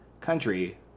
country